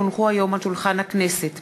כי הונחו היום על שולחן הכנסת,